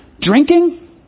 Drinking